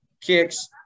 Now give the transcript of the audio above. kicks